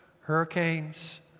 hurricanes